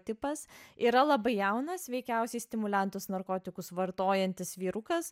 tipas yra labai jaunas veikiausiai stimuliantus narkotikus vartojantis vyrukas